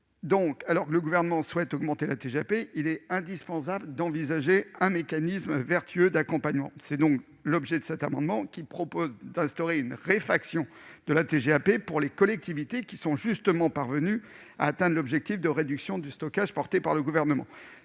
Puisque le Gouvernement souhaite augmenter la TGAP, il est indispensable d'envisager un mécanisme vertueux d'accompagnement. Tel est l'objet de cet amendement, qui prévoit d'instaurer une réfaction de la TGAP pour les collectivités qui sont parvenues à atteindre l'objectif, porté par le Gouvernement,